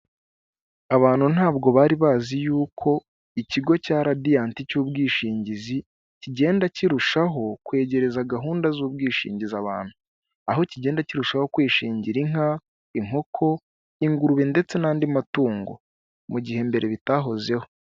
Abantu ntabwo bari bazi yuko ikigo cya Radiyanti cy'ubwishingizi kigenda kirushaho kwegereza gahunda z'ubwishingizi abantu. Aho kigenda kirushaho kwishingira inka, inkoko, ingurube, ndetse n'andi matungo. Mu gihe mbere bitahozeho.